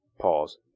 Pause